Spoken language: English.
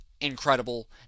incredible